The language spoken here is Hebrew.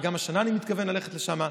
וגם השנה אני מתכוון ללכת לשם.